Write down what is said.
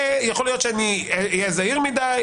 ויכול להיות שאני אהיה זהיר מדי,